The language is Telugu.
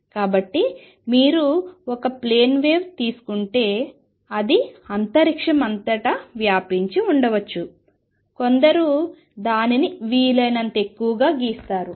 కాబట్టి మీరు ఒక ప్లేన్ వేవ్ తీసుకుంటే అది అంతరిక్షం అంతటా వ్యాపించి ఉండవచ్చు కొందరు దానిని వీలైనంత ఎక్కువగా గీస్తారు